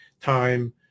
time